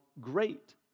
great